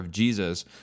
Jesus